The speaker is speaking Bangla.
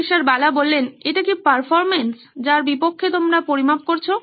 প্রফ্ বালা এটা কি পারফরম্যান্স যার বিপক্ষে তোমরা পরিমাপ করছো